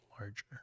larger